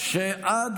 שעד